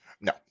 No